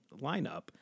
lineup